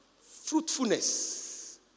fruitfulness